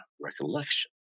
recollection